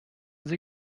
sie